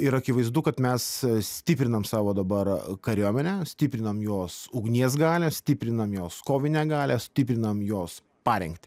ir akivaizdu kad mes stiprinam savo dabar kariuomenę stiprinam jos ugnies galią stiprinam jos kovinę galią stiprinam jos parengtį